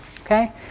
okay